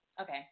Okay